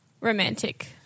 romantic